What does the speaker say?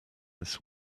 this